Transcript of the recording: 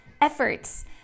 efforts